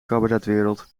cabaretwereld